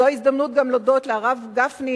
זו ההזדמנות גם להודות לרב גפני,